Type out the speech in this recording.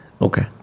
Okay